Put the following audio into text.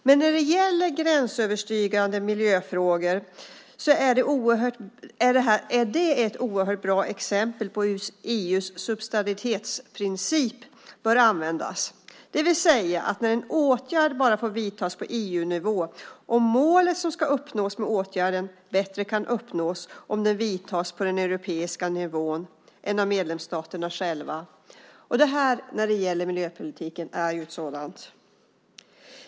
Men när det gäller gränsöverskridande miljöfrågor är det ett oerhört bra exempel på hur EU:s subsidiaritetsprincip bör användas, det vill säga att en åtgärd får vidtas på EU-nivå bara om målet som ska uppnås med åtgärden bättre kan uppnås om den vidtas på den europeiska nivån än av medlemsstaterna själva. När det gäller miljöpolitiken är det ett sådant exempel.